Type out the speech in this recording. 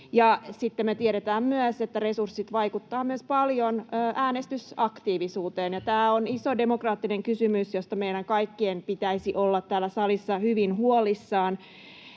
Sitten me tiedetään myös, että resurssit vaikuttavat paljon äänestysaktiivisuuteen, ja tämä on iso demokraattinen kysymys, josta meidän kaikkien pitäisi olla täällä salissa hyvin huolissaan.